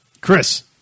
Chris